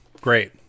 Great